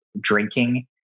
drinking